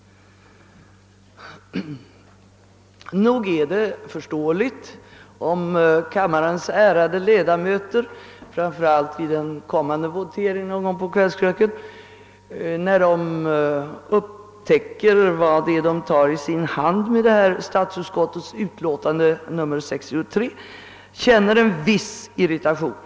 Nog är det förståeligt om kammarens ärade ledamöter, framför allt vid en kommande votering någon gång på kvällskröken, då de upptäcker vad de tar i sin hand när de röstar om statsutskottets utlåtande nr 63, känner en viss irritation.